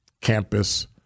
campus